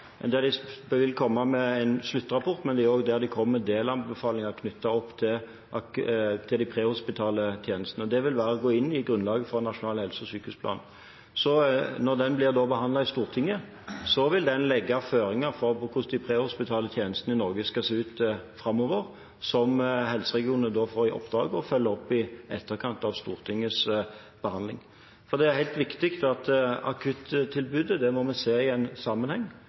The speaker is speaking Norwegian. De vil komme med en sluttrapport, men de vil også komme med delanbefalinger knyttet til de prehospitale tjenestene. Dette vil inngå i grunnlaget for en nasjonal helse- og sykehusplan. Når den blir behandlet i Stortinget, vil en legge føringer for hvordan de prehospitale tjenestene i Norge skal se ut framover, som helseregionene får i oppdrag å følge opp, i etterkant av Stortingets behandling. Det er helt riktig at vi må se akuttilbudet i en sammenheng.